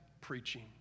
preaching